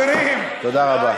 תודה רבה.